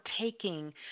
taking